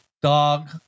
dog